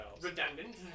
redundant